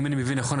אם אני מבי נכון,